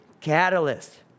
catalyst